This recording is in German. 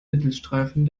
mittelstreifen